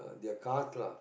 their cars lah